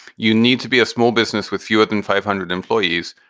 you need to be a small business with fewer than five hundred employees.